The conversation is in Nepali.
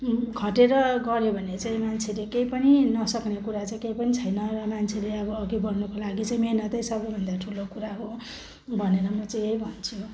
खटेर गऱ्यो भने चाहिँ मान्छेले केही पनि नसक्ने कुरा चाहिँ केही पनि छैन र मान्छेले अब अघि बढ्नुको लागि चाहिँ मेहनत नै सबैभन्दा ठुलो कुरा हो भनेर म चाहिँ यही भन्छु